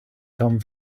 come